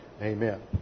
Amen